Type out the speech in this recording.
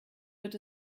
wird